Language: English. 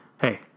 hey